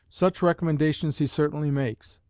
such recommendations he certainly makes,